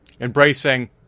embracing